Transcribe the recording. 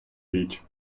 річ